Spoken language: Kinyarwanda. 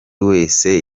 wese